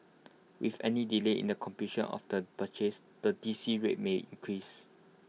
with any delay in the completion of the purchase the D C rate may increase